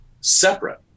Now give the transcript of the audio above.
separate